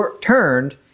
turned